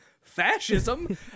Fascism